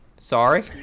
Sorry